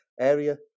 area